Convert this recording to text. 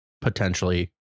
potentially